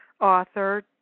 author